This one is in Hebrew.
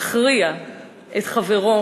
מכריע את חברו